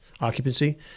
occupancy